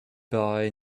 boy